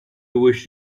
wish